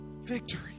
Victory